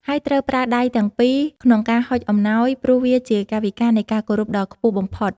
ហើយត្រូវប្រើដៃទាំងពីរ ក្នុងការហុចអំណោយ ព្រោះវាជាកាយវិការនៃការគោរពដ៏ខ្ពស់បំផុត។